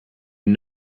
and